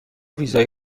ویزای